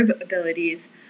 abilities